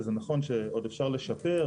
זה נכון שעוד אפשר לשפר,